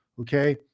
Okay